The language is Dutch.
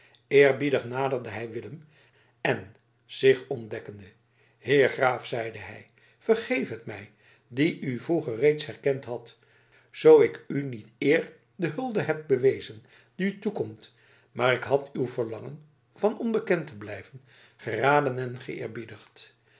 hij willem en zich ontdekkende heer graaf zeide hij vergeef het mij die u vroeger reeds herkend had zoo ik u niet eer de hulde heb bewezen die u toekomt maar ik had uw verlangen van onbekend te blijven geraden en